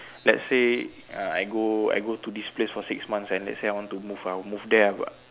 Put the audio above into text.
let's say uh I go I go to this place for six months and let's say I want to move I'll move there ah but